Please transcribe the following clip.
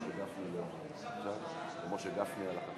(תיקון מס' 20) (דרכי טיפול לאחר